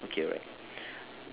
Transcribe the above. ya okay alright